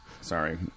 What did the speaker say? sorry